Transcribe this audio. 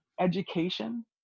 education